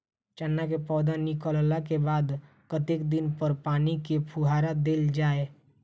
चना केँ पौधा निकलला केँ बाद कत्ते दिन पर पानि केँ फुहार देल जाएँ?